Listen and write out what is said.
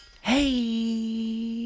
Hey